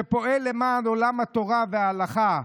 שפועל למען עולם התורה וההלכה,